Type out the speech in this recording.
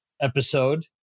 episode